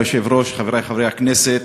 אדוני היושב-ראש, חברי חברי הכנסת,